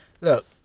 Look